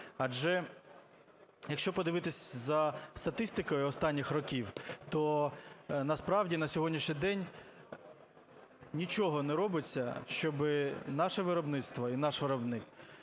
Адже, якщо подивитись за статистикою останніх років, то насправді на сьогоднішній день нічого не робиться, щоб наше виробництво і наш виробник